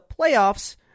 playoffs